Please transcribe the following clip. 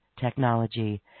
technology